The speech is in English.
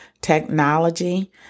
technology